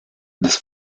des